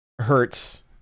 hertz